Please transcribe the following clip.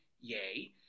Yay